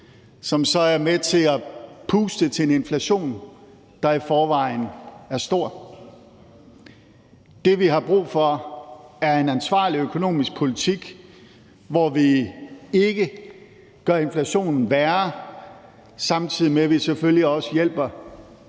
som så er med til at puste til en inflation, der i forvejen er høj. Det, vi har brug for, er en ansvarlig økonomisk politik, som ikke gør inflationen værre, samtidig med at vi selvfølgelig også hjælper